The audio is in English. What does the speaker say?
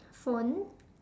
phone